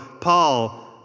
Paul